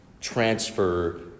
transfer